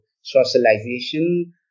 socialization